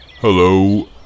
Hello